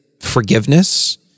forgiveness